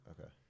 Okay